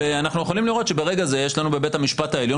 ואנחנו יכולים לראות שברגע זה יש לנו בבית המשפט העליון